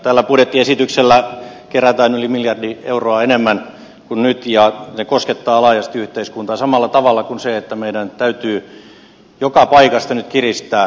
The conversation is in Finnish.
tällä budjettiesityksellä kerätään yli miljardi euroa enemmän kuin nyt ja se koskettaa laajasti yhteiskuntaa samalla tavalla kuin se että meidän täytyy joka paikasta nyt kiristää